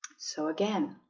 so again